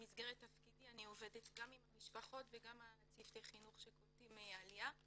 במסגרת תפקידי אני עובדת גם המשפחות וגם עם צוותי החינוך שקולטים עליה.